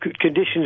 conditions